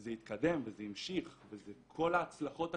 וזה התקדם וזה המשיך וזה כל ההצלחות הקטנות.